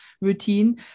routine